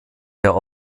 der